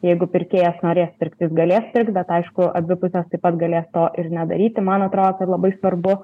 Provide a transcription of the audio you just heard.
jeigu pirkėjas norės pirkt jis galės pirkt bet aišku abi pusės taip pat galės to ir nedaryti man atrodo kad labai svarbu